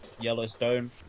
Yellowstone